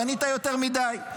בנית יותר מדי.